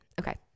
okay